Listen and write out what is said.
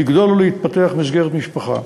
לגדול ולהתפתח במסגרת משפחה.